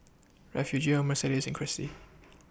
Refugio Mercedes and Crissy